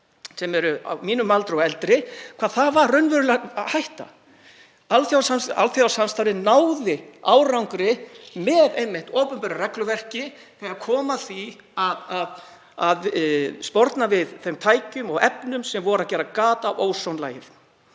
sem eru á mínum aldri og eldri vita að það var raunveruleg hætta. Alþjóðasamstarfið skilaði árangri, einmitt með opinberu regluverki, þegar kom að því að sporna við þeim tækjum og efnum sem voru að gera gat á ósonlagið.